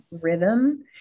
rhythm